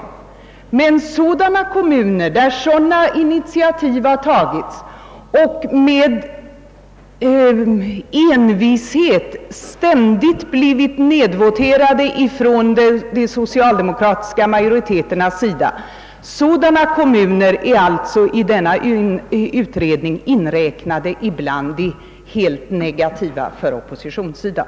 Men kommuner där sådana initiativ tagits, och med envishet ständigt blivit nedvoterade från de socialdemokratiska majoriteternas sida, är alltså i denna utredning inräknade bland de helt negativa på oppositionssidan.